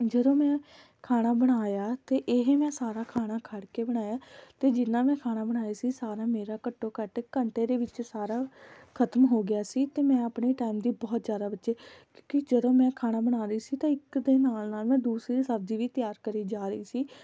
ਜਦੋਂ ਮੈਂ ਖਾਣਾ ਬਣਾਇਆ ਅਤੇ ਇਹ ਮੈਂ ਸਾਰਾ ਖਾਣਾ ਖੜ੍ਹ ਕੇ ਬਣਾਇਆ ਅਤੇ ਜਿੰਨਾਂ ਮੈਂ ਖਾਣਾ ਬਣਾਇਆ ਸੀ ਸਾਰਾ ਮੇਰਾ ਘੱਟੋ ਘੱਟ ਘੰਟੇ ਦੇ ਵਿੱਚ ਸਾਰਾ ਖਤਮ ਹੋ ਗਿਆ ਸੀ ਅਤੇ ਮੈਂ ਆਪਣੇ ਟਾਈਮ ਦੀ ਬਹੁਤ ਜ਼ਿਆਦਾ ਬੱਚਤ ਕਿਉਂਕਿ ਜਦੋਂ ਮੈਂ ਖਾਣਾ ਬਣਾਉਂਦੀ ਸੀ ਤਾਂ ਇੱਕ ਦੇ ਨਾਲ ਨਾਲ ਮੈਂ ਦੂਸਰੀ ਸਬਜ਼ੀ ਵੀ ਤਿਆਰ ਕਰੀ ਜਾ ਰਹੀ ਸੀ